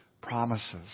promises